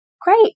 great